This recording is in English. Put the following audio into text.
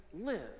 live